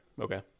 Okay